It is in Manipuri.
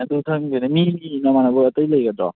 ꯑꯗꯨ ꯈꯪꯗꯦꯅꯦ ꯃꯤꯗꯤ ꯅꯃꯥꯟꯅꯕ ꯑꯩꯇꯩ ꯂꯩꯒꯗ꯭ꯔꯣ